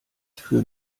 für